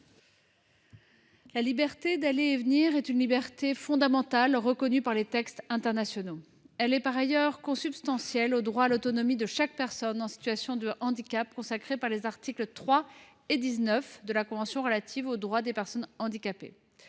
La liberté d’aller et venir est une liberté fondamentale reconnue par les textes internationaux. Elle est par ailleurs consubstantielle au droit à l’autonomie de chaque personne en situation de handicap, consacré par les articles 3 et 19 de la convention relative aux droits des personnes handicapées.